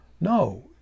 No